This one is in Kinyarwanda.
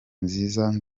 nziza